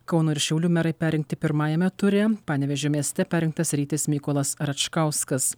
kauno ir šiaulių merai perrinkti pirmajame ture panevėžio mieste perrinktas rytis mykolas račkauskas